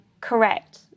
correct